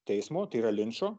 teismo tai yra linčo